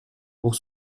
pour